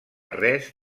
res